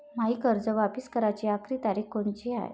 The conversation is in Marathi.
मायी कर्ज वापिस कराची आखरी तारीख कोनची हाय?